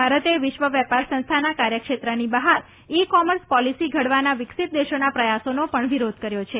ભારતે વિશ્વ વેપાર સંસ્થાના કાર્યક્ષેત્રની બહાર ઈ કોમર્સ પોલિસી ઘડવાના વિકસીત દેશોના પ્રયાસોનો પણ વિરોધ કર્યો છે